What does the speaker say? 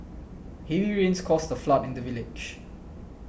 heavy rains caused a flood in the village